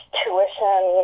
tuition